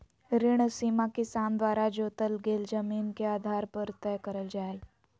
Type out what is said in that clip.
ऋण सीमा किसान द्वारा जोतल गेल जमीन के आधार पर तय करल जा हई